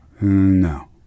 No